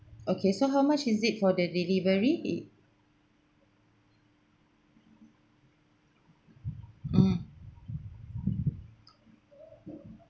okay so how much is it for the delivery mm